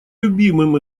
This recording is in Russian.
любимым